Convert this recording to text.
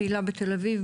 פעילה בתל אביב,